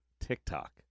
TikTok